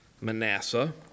Manasseh